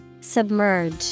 Submerge